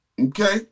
okay